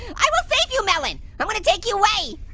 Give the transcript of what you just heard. i will save you, melon! i'm gonna take you away!